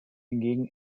hingegen